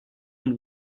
and